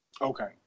okay